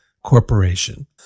Corporation